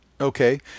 Okay